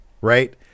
right